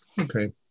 Okay